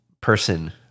person